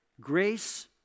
grace